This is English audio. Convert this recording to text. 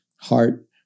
Heart